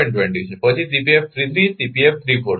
20 છે પછી છે